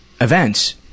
events